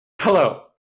hello